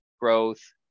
growth